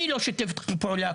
מי לא שיתף אתו פעולה?